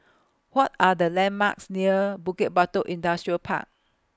What Are The landmarks near Bukit Batok Industrial Park